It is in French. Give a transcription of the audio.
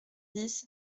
dix